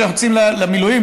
שרצים למילואים,